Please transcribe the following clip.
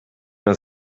una